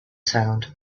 sound